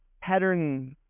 pattern